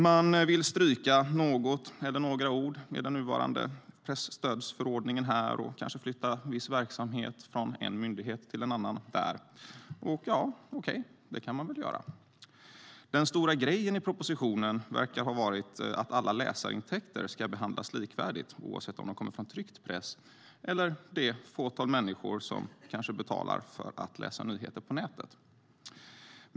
Man vill stryka något eller några ord i nuvarande presstödsförordning och kanske flytta viss verksamhet från en myndighet till en annan. Ja, okej, det kan man väl göra. Den stora grejen i propositionen verkar ha varit att alla läsarintäkter ska behandlas likvärdigt, oavsett om de kommer från tryckt press eller från det fåtal människor som kanske betalar för att läsa nyheter på nätet.